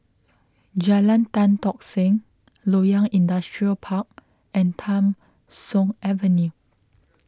Jalan Tan Tock Seng Loyang Industrial Park and Tham Soong Avenue